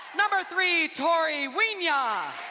number three, tori wynja,